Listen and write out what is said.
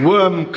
Worm